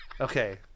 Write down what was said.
okay